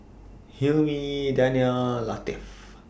Hilmi Danial Latif